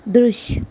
दृश्य